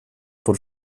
por